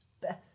Best